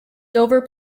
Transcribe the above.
dover